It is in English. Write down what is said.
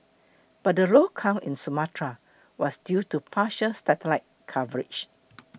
but the low count in Sumatra was due to partial satellite coverage